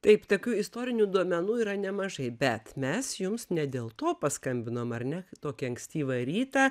taip tokių istorinių duomenų yra nemažai bet mes jums ne dėl to paskambinom ar ne tokį ankstyvą rytą